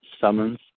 summons